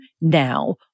now